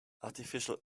artificial